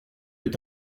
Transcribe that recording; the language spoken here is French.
est